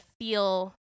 feel